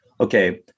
okay